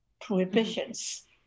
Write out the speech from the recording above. prohibitions